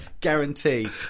guarantee